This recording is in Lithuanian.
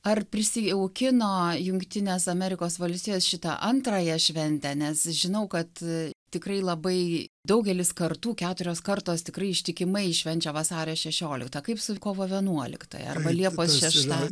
ar prisijaukino jungtinės amerikos valstijos šitą antrąją šventę nes žinau kad tikrai labai daugelis kartų keturios kartos tikrai ištikimai švenčia vasario šešioliktą kaip su kovo vienuoliktąja arba liepos šešta